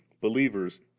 believers